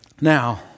Now